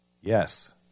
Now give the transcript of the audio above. Yes